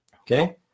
Okay